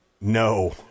No